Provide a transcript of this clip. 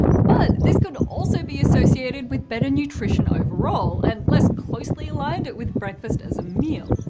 but this could also be associated with better nutrition overall, and less closely aligned with breakfast as a meal.